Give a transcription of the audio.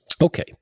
Okay